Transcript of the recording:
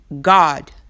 God